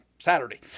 Saturday